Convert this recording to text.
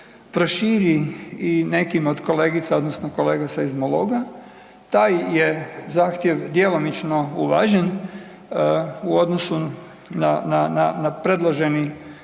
proširi i nekim od kolegica odnosno kolega seizmologa, taj je zahtjev djelomično uvažen u odnosu na predloženi